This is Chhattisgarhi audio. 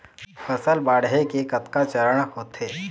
फसल बाढ़े के कतका चरण होथे?